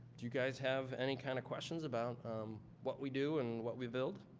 do you guys have any kind of questions about what we do and what we build?